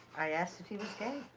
i asked if he was gay?